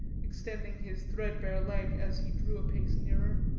extending his thread-bare leg, as he drew a pace nearer,